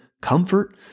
Comfort